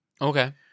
Okay